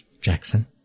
Jackson